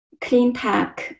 cleantech